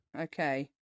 Okay